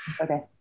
Okay